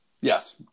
Yes